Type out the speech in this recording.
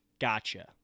gotcha